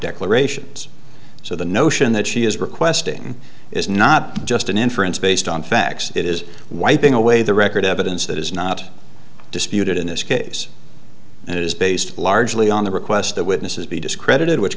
declarations so the notion that she is requesting is not just an inference based on facts it is wiping away the record evidence that is not disputed in this case and it is based largely on the request that witnesses be discredited which